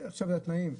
עכשיו זה תנאים?